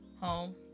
home